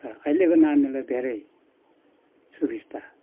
तर अहिलेको नानीहरूलाई धेरै सुबिस्ता